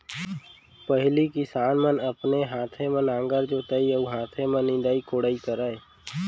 पहिली किसान मन अपने हाथे म नांगर जोतय अउ हाथे म निंदई कोड़ई करय